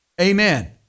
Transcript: Amen